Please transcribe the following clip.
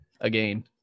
Again